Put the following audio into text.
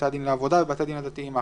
בתי הדין לעבודה ובתי הדין הדתיים האחרים,